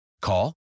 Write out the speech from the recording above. Call